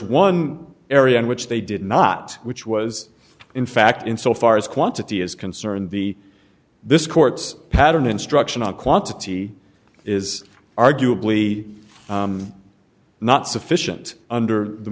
one area in which they did not which was in fact in so far as quantity is concerned the this court's pattern instruction on quantity is arguably not sufficient under the